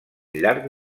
llarg